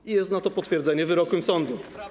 I jest na to potwierdzenie, wyrok sądu.